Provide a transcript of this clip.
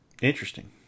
interesting